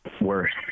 worse